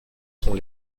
sont